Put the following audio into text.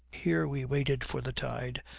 here we waited for the tide,